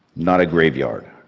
not a graveyard.